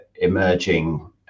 emerging